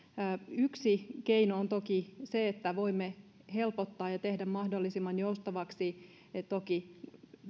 yksi keino on toki se että voimme helpottaa ja tehdä mahdollisimman joustavaksi toki